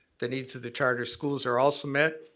the needs of the charter schools are also met,